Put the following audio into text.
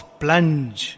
plunge